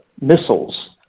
missiles